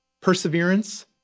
perseverance